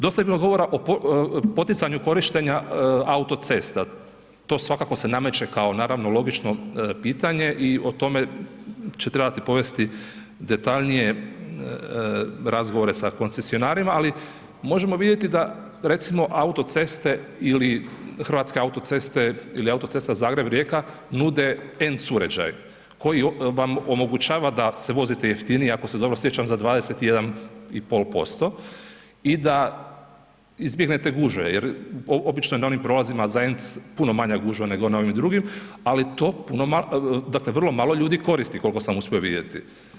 Dosta je bilo govora o poticanju korištenja autocesta, to svakako se nameće kao naravno logično pitanje i o tome će trebati povesti detaljnije razgovore sa koncesionarima, ali možemo vidjeti da recimo autoceste ili Hrvatske autoceste ili autocesta Zagreb-Rijeka nude ENC uređaj koji vam omogućava da se vozite jeftinije, ako se dobro sjećam za 21,5% i da izbjegnete gužve jer obično je na onim prolazima za ENC puno manja gužva nego na ovim drugim, ali to dakle vrlo malo ljudi koristi koliko sam uspio vidjeti.